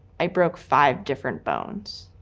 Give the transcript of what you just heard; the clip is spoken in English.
i broke five different bones.